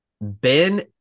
Ben